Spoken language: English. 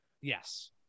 Yes